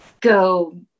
go